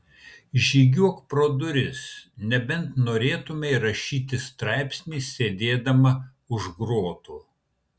žygiuok pro duris nebent norėtumei rašyti straipsnį sėdėdama už grotų